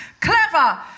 Clever